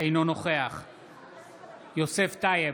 אינו נוכח יוסף טייב,